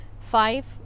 Five